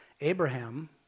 Abraham